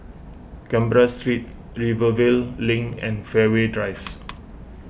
Canberra Street Rivervale Link and Fairways Drives